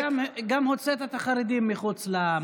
אתה הוצאת גם את החרדים מחוץ למעגל.